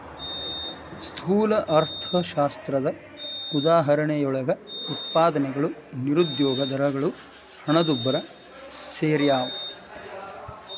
ಸ್ಥೂಲ ಅರ್ಥಶಾಸ್ತ್ರದ ಉದಾಹರಣೆಯೊಳಗ ಉತ್ಪಾದನೆಗಳು ನಿರುದ್ಯೋಗ ದರಗಳು ಹಣದುಬ್ಬರ ಸೆರ್ಯಾವ